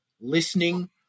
listening